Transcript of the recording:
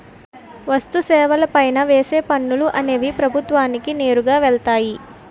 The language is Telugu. వస్తు సేవల పైన వేసే పనులు అనేవి ప్రభుత్వానికి నేరుగా వెళ్తాయి